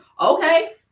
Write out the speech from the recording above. Okay